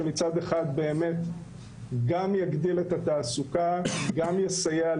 שמצד אחד גם יגדילו את התעסוקה וגם יסייעו